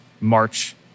March